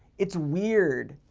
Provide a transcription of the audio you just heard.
it's weird.